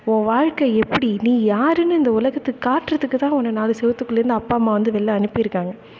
உன் வாழ்க்கை எப்படி நீ யாருன்னு இந்த உலகத்துக்கு காட்டுறதுத்துக்கு தான் உன்ன நாலு செவத்துக்குள்ளேருந்து அப்பா அம்மா வந்து வெளில அனுப்பியிருக்காங்க